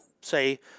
say